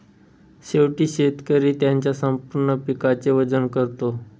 शेवटी शेतकरी त्याच्या संपूर्ण पिकाचे वजन करतो